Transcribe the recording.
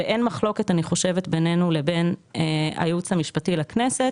ואין מחלוקת בינינו לבין הייעוץ המשפטי לכנסת,